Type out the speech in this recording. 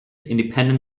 independent